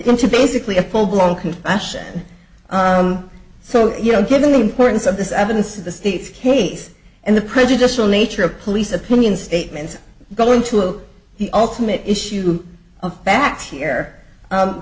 into basically a full blown compassion so you know given the importance of this evidence of the state's case and the prejudicial nature of police opinion statements going to look the ultimate issue of fact here